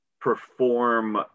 perform